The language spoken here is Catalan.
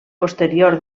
posterior